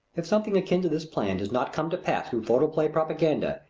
if something akin to this plan does not come to pass through photoplay propaganda,